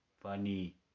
funny